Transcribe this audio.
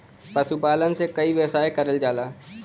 पशुपालन से कई व्यवसाय करल जाला